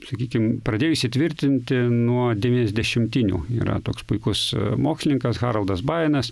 sakykim pradėjo įsitvirtinti nuo devyniasdešimtinių yra toks puikus mokslininkas haroldas baienas